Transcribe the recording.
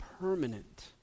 permanent